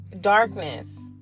darkness